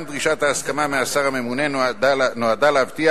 גם דרישת ההסכמה מהשר הממונה נועדה להבטיח